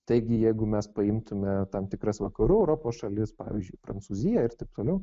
taigi jeigu mes paimtume tam tikras vakarų europos šalis pavyzdžiui prancūziją ir taip toliau